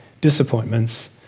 disappointments